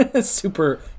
Super